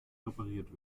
repariert